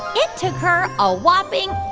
it took her a whopping.